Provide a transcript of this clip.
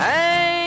Hey